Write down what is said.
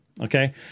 Okay